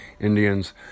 Indians